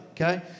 Okay